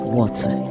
water